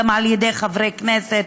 גם על ידי חברי כנסת